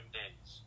days